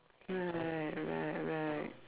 right right right